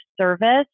service